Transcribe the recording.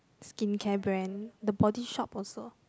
skincare brand the body shop also